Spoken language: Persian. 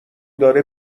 داره